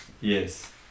Yes